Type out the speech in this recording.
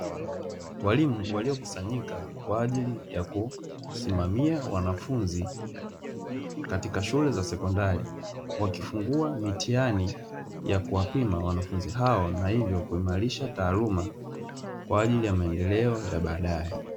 Walimu waliokusanyika kwa ajili ya kusimamia wanafunzi katika shule za sekondari, wakifungua mitihani ya kuwapima wanafunzi hao, na hivyo kuimarisha taaluma kwa ajili ya maendeleo ya baadaye.